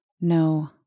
no